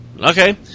Okay